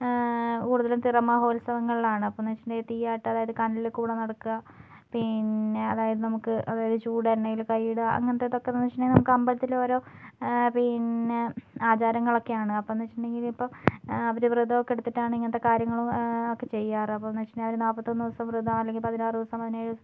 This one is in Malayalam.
കൂടുതലും തിറ മഹോത്സവങ്ങളിലാണ് അപ്പൊന്ന് വെച്ചിട്ടുണ്ടെങ്കില് തീയാട്ട് അതായത് കനലിൽ കൂടെ നടക്കുക പിന്നെ അതായത് നമുക്ക് അവര് ചൂട് എണ്ണയിൽ കൈ ഇടുക അങ്ങനത്തെ ഇതൊക്കെയെന്ന് വെച്ചിട്ടുണ്ടെങ്കിൽ നമുക്ക് അമ്പലത്തിലെ ഓരോ പിന്നെ ആചാരങ്ങളൊക്കെയാണ് അപ്പോന്ന് വെച്ചിട്ടുണ്ടെങ്കിൽ ഇപ്പോൾ അവര് വൃതവും ഒക്കെ എടുത്തിട്ടാണ് ഇങ്ങനത്തെ കാര്യങ്ങൾ ഒക്കെ ചെയ്യാർ അപ്പോന്ന് വെച്ചിട്ടുണ്ടെങ്കിൽ അവർ നാപ്പത്തൊന്ന് ദിവസത്തെ വൃതം അല്ലേൽ പതിനാറ് ദിവസത്തെ